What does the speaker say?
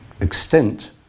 extent